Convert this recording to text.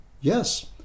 Yes